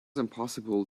impossible